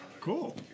cool